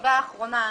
הערות?